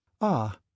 Ah